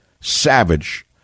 savage